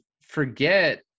forget